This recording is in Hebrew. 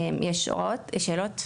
יש שאלות?